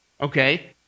Okay